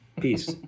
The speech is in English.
peace